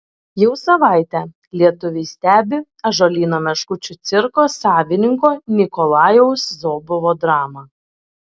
jau savaitę lietuviai stebi ąžuolyno meškučių cirko savininko nikolajaus zobovo dramą